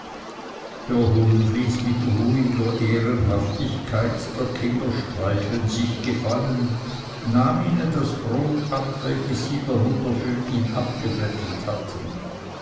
der hund ließ mit ruhiger ehrenhaftigkeit der kinder streicheln sich gefallen nahm ihnen das brot ab welches sie der mutter für ihn abgebettelt hatten